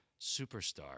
superstar